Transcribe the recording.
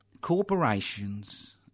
Corporations